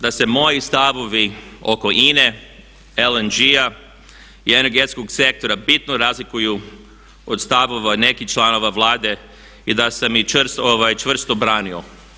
Nije tajna da se moji stavovi oko INA-e, LNG-a i energetskog sektora bitno razlikuju od stavova nekih članova Vlade i da sam ih čvrsto branio.